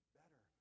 better